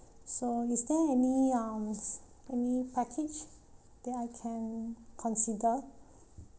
so is there any um any package that I can consider